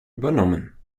übernommen